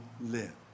live